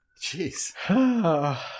Jeez